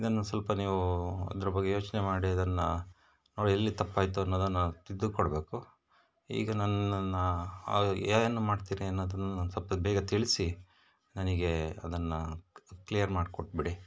ಇದನ್ನು ಸ್ವಲ್ಪ ನೀವು ಅದರ ಬಗ್ಗೆ ಯೋಚನೆ ಮಾಡಿ ಅದನ್ನು ನೋಡಿ ಎಲ್ಲಿ ತಪ್ಪಾಯಿತು ಅನ್ನೋದನ್ನು ತಿದ್ದಿ ಕೊಡಬೇಕು ಈಗ ನನ್ನನ್ನು ಹಾಗಾಗಿ ಏನು ಮಾಡ್ತೀರಿ ಅನ್ನೋದನ್ನು ನಂಗೆ ಸ್ವಲ್ಪ ಬೇಗ ತಿಳಿಸಿ ನನಗೆ ಅದನ್ನು ಕ್ಲಿಯರ್ ಮಾಡಿ ಕೊಟ್ಬಿಡಿ